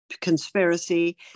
conspiracy